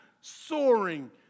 soaring